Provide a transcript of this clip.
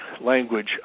language